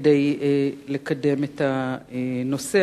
כדי לקדם את הנושא?